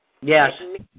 Yes